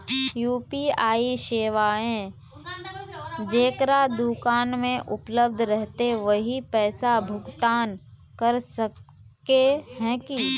UPI सेवाएं जेकरा दुकान में उपलब्ध रहते वही पैसा भुगतान कर सके है की?